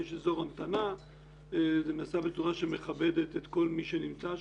יש אזור המתנה וזה נעשה בצורה שמכבדת את כל מי שנמצא שם.